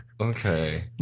okay